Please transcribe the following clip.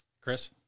Chris